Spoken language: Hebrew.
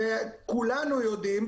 כולנו יודעים,